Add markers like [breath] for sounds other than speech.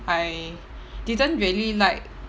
I [breath] didn't really like